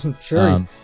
Sure